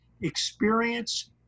experience